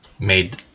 made